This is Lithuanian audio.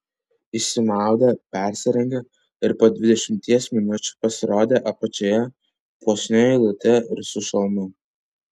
išsimaudė persirengė ir po dvidešimties minučių pasirodė apačioje puošnia eilute ir su šalmu